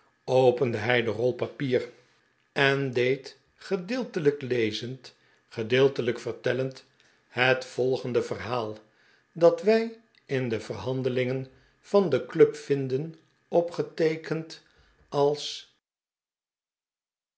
opende hij de rol papier en deed gedeeltelijk lez end gedeeltelijk vertellend het volgende verhaal dat wij in de verhandelingen van de club vinden opgeteekend als